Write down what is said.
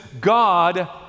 God